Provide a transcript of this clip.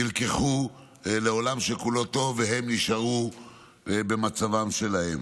נלקחו לעולם שכולו טוב והם נשארו במצב שלהם.